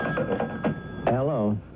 Hello